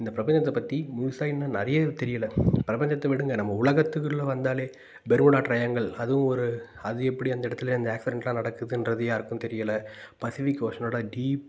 இந்த பிரபஞ்சத்தை பற்றி முழுசாக இன்னும் நிறைய தெரியலை பிரபஞ்சத்தை விடுங்க நம்ம உலகத்துக்குள்ளே வந்தாலே பெர்முடா ட்ரையாங்கள் அதுவும் ஒரு அது எப்படி அந்த இடத்துலே அந்த ஆக்சிடெண்ட்லாம் நடக்குதுன்றது யாருக்கும் தெரியலை பசிபிக் ஓஷனோடய டீப்